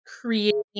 creating